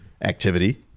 activity